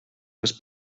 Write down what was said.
les